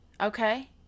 okay